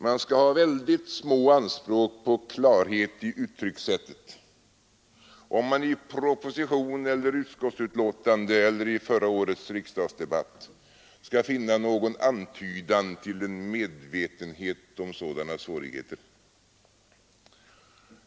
Man skall ha mycket små anspråk på klarhet i uttryckssättet om man i förra årets proposition, utskottsbetänkande eller riksdagsdebatt skall kunna finna någon antydan till en medvetenhet om sådana svårigheter.